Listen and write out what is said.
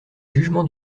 jugements